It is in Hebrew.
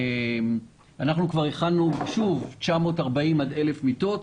אנחנו כבר הכנו 940 1,000 מיטות.